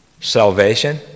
salvation